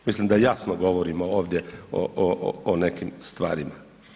Mislim da jasno govorimo ovdje o nekih stvarima.